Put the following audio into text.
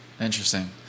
Interesting